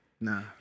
Nah